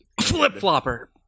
Flip-flopper